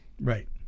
right